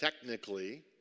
technically